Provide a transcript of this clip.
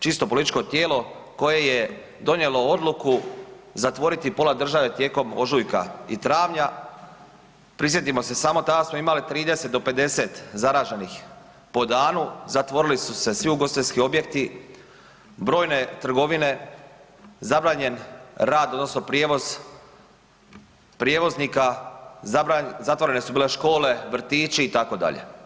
Čisto političko tijelo koje je donijelo odluku zatvoriti pola države tijekom ožujka i travnja, prisjetimo se samo, danas smo imali 30 do 50 zaraženih po danu, zatvorili su se svi ugostiteljski objekti, brojne trgovine, zabranjen rad odnosno prijevoz prijevoznika, zatvorene su bile škole, vrtići itd.